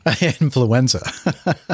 Influenza